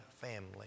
family